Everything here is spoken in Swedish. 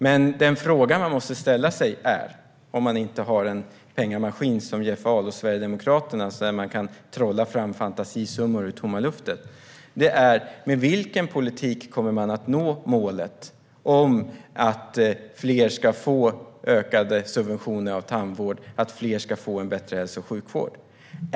Men den fråga man måste ställa sig - om man inte har en pengamaskin, som Jeff Ahl och Sverigedemokraterna, så att man kan trolla fram fantasisummor ur tomma luften - är: Med vilken politik kommer man att nå målet att fler ska få ökade subventioner av tandvård och att fler ska få en bättre hälso och sjukvård?